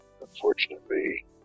unfortunately